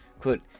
Quote